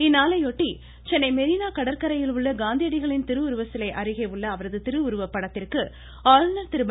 இந்நாளையொட்டி சென்னை மெரினா கடற்கரையில் உள்ள காந்தியடிகளின் சிலை அருகே உள்ள அவரது திருவுருவ படத்திற்கு ஆளுநர் திருவுருவ திரு